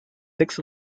six